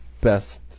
best